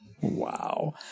Wow